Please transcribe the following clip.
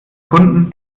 erfunden